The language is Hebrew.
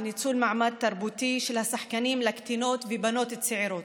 ניצול מעמד תרבותי של השחקנים כלפי קטינות ובנות צעירות.